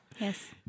Yes